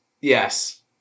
Yes